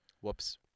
whoops